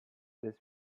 this